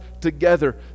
together